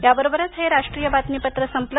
याबरोबरच हे राष्ट्रीय बातमीपत्र संपलं